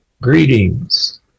Greetings